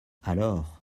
alors